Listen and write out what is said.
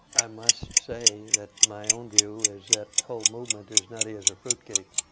i must say that my own view is that whole movement is nutty as a fruitcake.